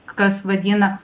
kas vadina